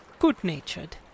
Good-natured